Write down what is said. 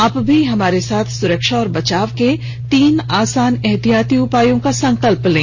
आप भी हमारे साथ सुरक्षा और बचाव के तीन आसान एहतियाती उपायों का संकल्प लें